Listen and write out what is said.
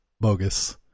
bogus